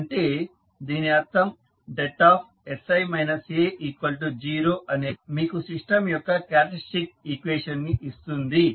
అంటే దీని అర్థం sI A0 అనేది మీకు సిస్టమ్ యొక్క క్యారెక్టరిస్టిక్ ఈక్వేషన్ ని ఇస్తుంది